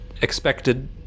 expected